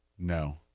No